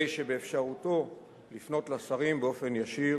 הרי שבאפשרותו לפנות לשרים באופן ישיר,